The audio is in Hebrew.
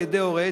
על-ידי הורה,